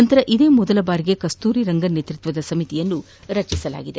ನಂತರ ಇದೇ ಮೊದಲನೆ ಬಾರಿಗೆ ಕಸ್ತೂರಿರಂಗನ್ ನೇತೃತ್ವದ ಸಮಿತಿ ರಚಿಸಲಾಗಿದೆ